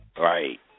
right